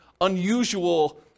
unusual